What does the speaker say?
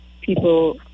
people